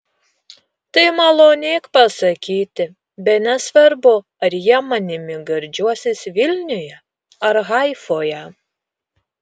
tai malonėk pasakyti bene svarbu ar jie manimi gardžiuosis vilniuje ar haifoje